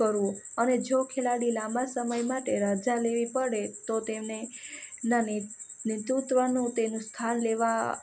કરવો અને જો ખેલાડી લાંબા સમય માટે રજા લેવી પડે તો તેને નાનિદ નેતૃત્વતનું તેનું સ્થાન લેવા